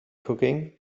cooking